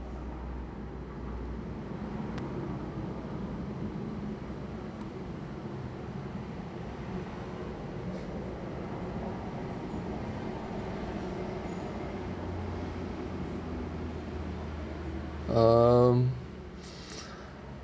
um